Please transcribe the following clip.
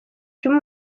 djuma